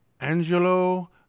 Angelo